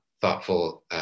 thoughtful